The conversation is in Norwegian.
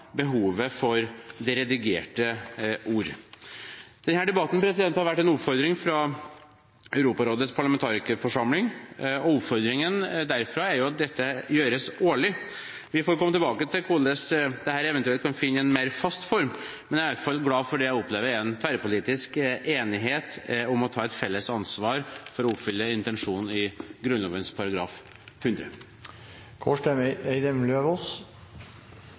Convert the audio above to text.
behovet for det redigerte ord trer veldig tydelig fram. Denne debatten har vært en oppfordring fra Europarådets parlamentarikerforsamling, og oppfordringen derfra er at dette gjøres årlig. Vi får komme tilbake til hvordan dette eventuelt kan få en mer fast form, men jeg er i alle fall glad for det jeg opplever er en tverrpolitisk enighet om å ta et felles ansvar for å oppfylle intensjonen i Grunnloven § 100.